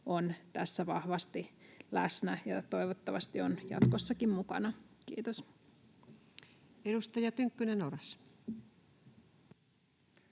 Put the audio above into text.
ovat tässä vahvasti läsnä ja toivottavasti ovat jatkossakin mukana. — Kiitos. Edustaja Tynkkynen, Oras.